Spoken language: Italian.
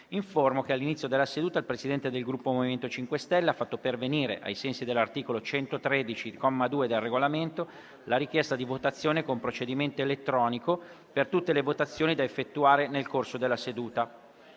che all'inizio della seduta il Presidente del Gruppo MoVimento 5 Stelle ha fatto pervenire, ai sensi dell'articolo 113, comma 2, del Regolamento, la richiesta di votazione con procedimento elettronico per tutte le votazioni da effettuare nel corso della seduta.